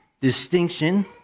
distinction